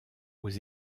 aux